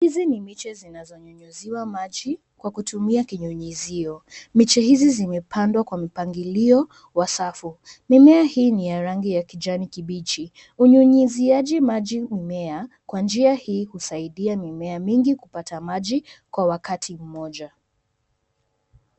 Hizi ni miche zinazonyunyiziwa maji kwa kutumia kinyunyizio. Miche hizi zimepandwa kwa mpangilio wa safu. Mimea hii ni ya rangi ya kijani kibichi. Unyunyiziaji maji mimea kwa njia ii husaidia mimea mingi kupata maji kwa wakati mmoja.